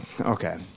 Okay